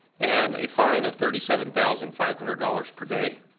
and a fine of thirty seven thousand five hundred dollars per day.